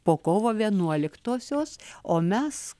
po kovo vienuoliktosios o mes